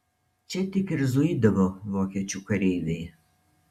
čia tik ir zuidavo vokiečių kareiviai